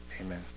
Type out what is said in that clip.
Amen